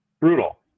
brutal